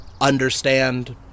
understand